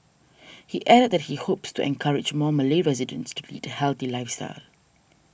he added that he hopes to encourage more Malay residents to lead a healthy lifestyle